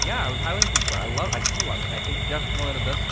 yeah, i was highly influenced by it, i love i still love it. i think jeff's one of the best